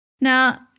Now